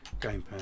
gamepad